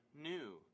new